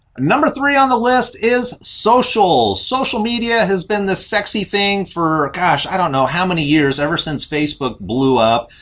number three on the list is social. social media has been the sexy thing for, gosh i don't know how many years? ever since facebook blew up.